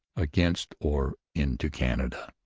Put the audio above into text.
against or into canada.